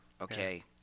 Okay